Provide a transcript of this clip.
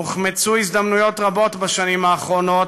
הוחמצו הזדמנויות רבות בשנים האחרונות,